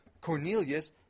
Cornelius